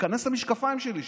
תיכנס למשקפיים שלי שנייה.